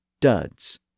duds